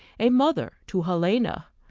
a mother to helena.